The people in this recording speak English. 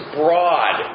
broad